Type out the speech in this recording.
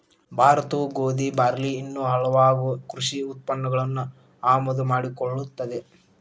ಭಾರತವು ಗೋಧಿ, ಬಾರ್ಲಿ ಇನ್ನೂ ಹಲವಾಗು ಕೃಷಿ ಉತ್ಪನ್ನಗಳನ್ನು ಆಮದು ಮಾಡಿಕೊಳ್ಳುತ್ತದೆ